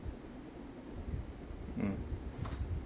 mm